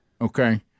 okay